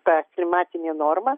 ta klimatinė norma